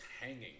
hanging